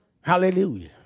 Hallelujah